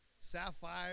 sapphire